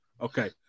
Okay